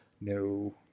No